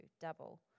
double